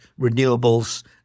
renewables